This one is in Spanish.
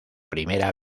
primera